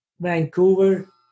vancouver